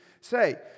say